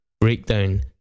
breakdown